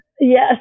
yes